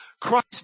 Christ